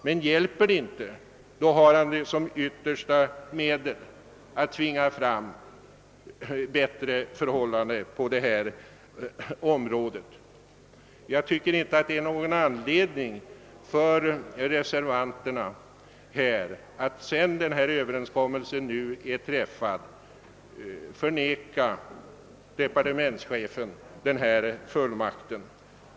Men hjälper det inte, då har han den som yttersta medel att tvinga fram ett bättre förhållande på detta område. Jag tycker inte att det är någon anledning för reservanterna att — sedan denna överenskommelse nu är träffad— vägra departementschefen denna fullmakt.